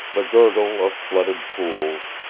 the gurgle of flooded pools,